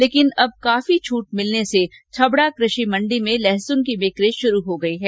लेकिन अब काफी छूट मिलने से छबड़ा कृषि मंडी में लहसुन की बिकी शुरू हो गई है